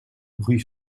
rue